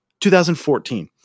2014